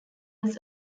was